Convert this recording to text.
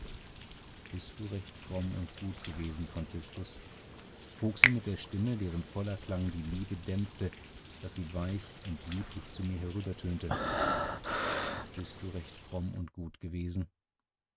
bist du recht fromm und gut gewesen franziskus frug sie mit der stimme deren vollen klang die liebe dämpfte daß sie weich und lieblich zu mir herübertönte bist du recht fromm und gut gewesen